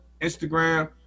Instagram